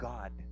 God